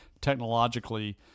technologically